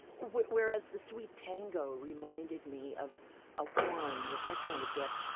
whereas the sweetango reminded me of a wine, with that kind of depth,